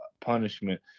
punishment